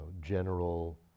general